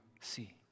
see